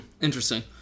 Interesting